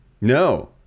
No